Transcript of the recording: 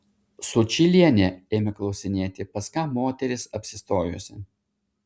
sučylienė ėmė klausinėti pas ką moteris apsistojusi